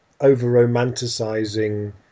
over-romanticizing